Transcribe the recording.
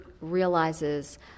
realizes